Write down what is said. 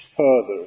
further